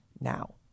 now